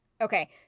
Okay